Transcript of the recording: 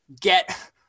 get